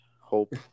Hope